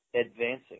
advancing